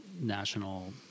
national